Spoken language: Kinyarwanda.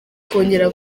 kongera